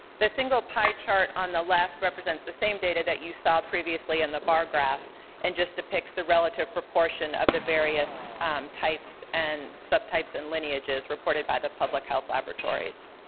the single pie chart on the left represents the same data that you saw previously in the bar graph and just depicts the relative proportion of the various types and subtypes and lineages reported by the public health laboratories.